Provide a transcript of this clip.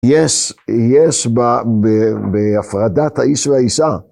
יש בהפרדת האיש והאישה.